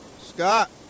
Scott